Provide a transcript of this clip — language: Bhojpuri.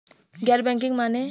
गैर बैंकिंग माने?